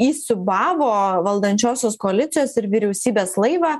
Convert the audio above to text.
įsiūbavo valdančiosios koalicijos ir vyriausybės laivą